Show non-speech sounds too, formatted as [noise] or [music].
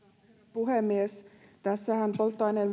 puhemies polttoaineen [unintelligible]